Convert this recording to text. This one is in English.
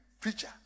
preacher